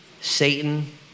Satan